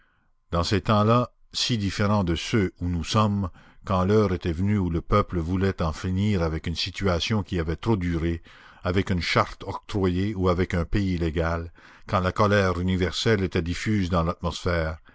dans ces temps-là si différents de ceux où nous sommes quand l'heure était venue où le peuple voulait en finir avec une situation qui avait trop duré avec une charte octroyée ou avec un pays légal quand la colère universelle était diffuse dans l'atmosphère